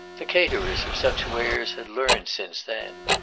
the caterers of such wares had learned since then.